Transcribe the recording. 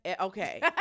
okay